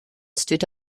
stood